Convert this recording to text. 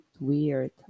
weird